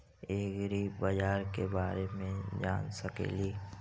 ऐग्रिबाजार के बारे मे जान सकेली?